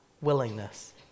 willingness